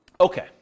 Okay